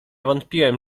wątpiłem